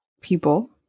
people